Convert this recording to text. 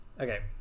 Okay